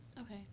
Okay